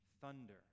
thunder